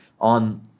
on